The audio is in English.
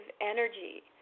energy